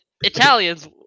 Italians